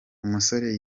umusore